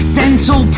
dental